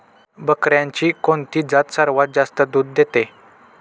बकऱ्यांची कोणती जात सर्वात जास्त दूध देते?